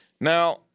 Now